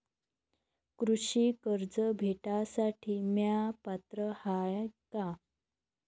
कृषी कर्ज भेटासाठी म्या पात्र हाय का?